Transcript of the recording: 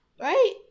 right